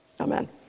Amen